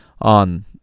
on